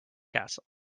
castle